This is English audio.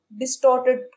distorted